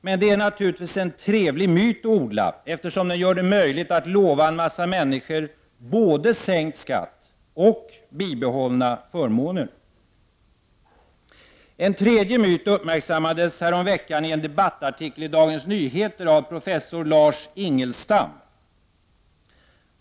Men det är naturligtvis en trevlig myt att odla, eftersom den gör det möjligt att lova en massa människor både sänkt skatt och bibehållna förmåner. En tredje myt uppmärksammades häromveckan i en debattartikel i Dagens Nyheter av professor Lars Ingelstam.